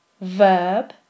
verb